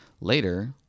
later